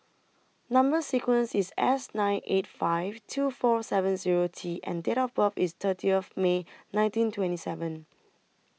Number sequence IS S nine eight five two four seven Zero T and Date of birth IS thirty of May nineteen twenty seven